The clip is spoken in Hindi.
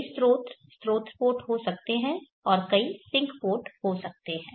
कई स्रोत स्रोत पोर्ट हो सकते हैं और कई सिंक पोर्ट हो सकते हैं